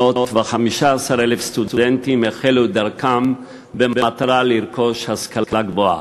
315,000 סטודנטים החלו את דרכם במטרה לרכוש השכלה גבוהה.